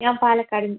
ഞാൻ പാലക്കാടു നിന്ന്